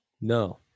no